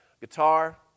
guitar